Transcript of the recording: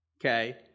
Okay